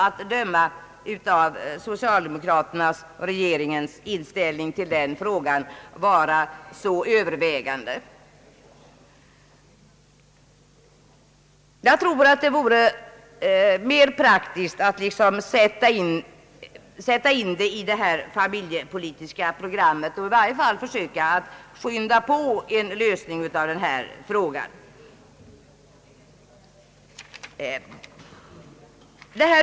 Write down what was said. Att döma av socialdemokraternas och regeringens inställning till en skattereform synes denna inte vara överhängande. Det vore mer praktiskt att bedöma den i det familjepolitiska programmet och i varje fall försöka skynda på en lösning av den.